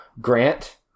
Grant